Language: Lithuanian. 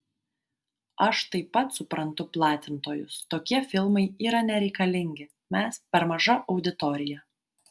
aš taip pat suprantu platintojus tokie filmai yra nereikalingi mes per maža auditorija